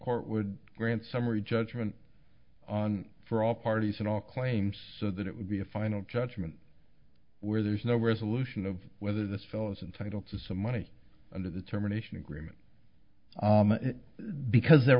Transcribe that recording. court would grant summary judgment on for all parties and all claims so that it would be a final judgment where there's no resolution of whether this fellow is entitle to some money under the terminations agreement the because th